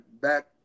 back